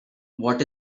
what